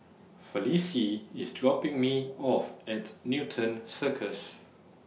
Felicie IS dropping Me off At Newton Circus